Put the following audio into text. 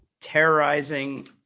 terrorizing